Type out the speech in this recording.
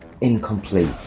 incomplete